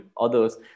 others